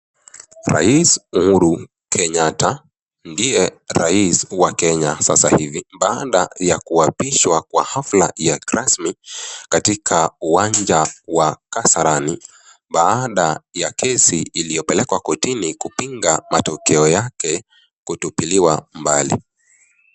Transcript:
Rais Uhuru Kenyatta ndiye rais wa Kenya sasa hivi baada ya kuapishwa kwa hafla ya kirasmi katika uwanja wa Kasarani, baada ya kesi iliopelekwa kotini kupinga matokeo yake kutupiliwa mbali.